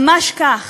ממש כך.